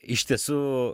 iš tiesų